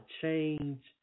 change